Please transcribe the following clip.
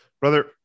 brother